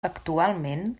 actualment